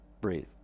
Breathe